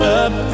up